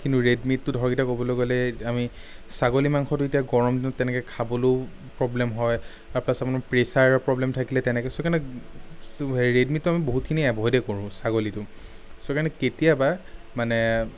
কিন্তু ৰেড মিটটো ধৰক এতিয়া ক'বলৈ গ'লে আমি ছাগলী মাংসটো এতিয়া গৰম দিনত তেনেকে খাবলৈও প্ৰব্লেম হয় আৰু প্লাছ আপোনাৰ প্ৰেছাৰৰ প্ৰব্লেম থাকিলে তেনেকে চ' সেইকাৰণে হেৰি ৰেড মিটটো আমি বহুতখিনি এভইডে কৰোঁ ছাগলীটো চ' সেইকাৰণে কেতিয়াবা মানে